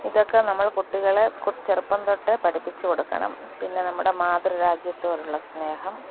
ഇതൊക്കെ നമ്മൾ കുട്ടികളെ ചെറുപ്പം തൊട്ടെ പഠിപ്പിച്ച് കൊടുക്കണം പിന്നെ നമ്മുടെ മാതൃരാജ്യത്തോടുള്ള സ്നേഹം